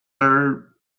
are